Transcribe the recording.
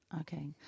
Okay